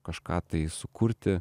kažką tai sukurti